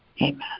amen